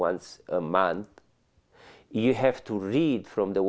once a month you have to read from the